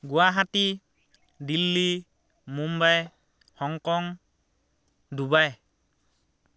Guwahati Delhi Mumbai Hong Kong Dubai